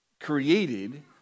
created